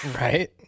Right